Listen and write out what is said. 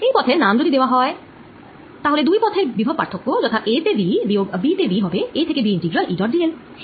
এই পথের নাম যদি দেওয়া হয় তাহলে দুই পথের বিভব পার্থক্য যথা a তে V বিয়োগ b তে V হবে a থেকে b integral E dot dL